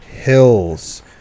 hills